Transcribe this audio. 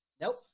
Nope